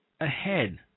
ahead